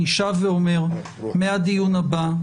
אני שב ואומר: מהדיון הבא,